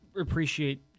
appreciate